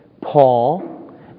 Paul